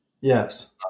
Yes